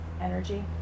Energy